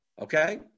Okay